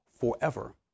forever